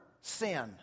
sin